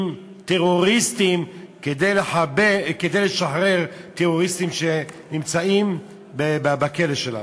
טרוריסטים כדי לשחרר טרוריסטים שנמצאים בכלא שלנו.